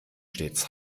stets